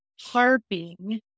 harping